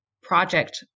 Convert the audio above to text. project